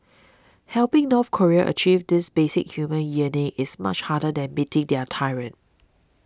helping North Koreans achieve this basic human yearning is much harder than meeting their tyrant